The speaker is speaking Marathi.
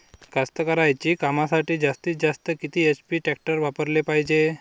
कास्तकारीच्या कामासाठी जास्तीत जास्त किती एच.पी टॅक्टर वापराले पायजे?